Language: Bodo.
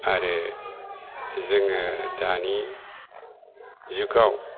आरो जोङो दानि जुगाव